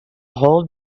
hold